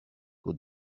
who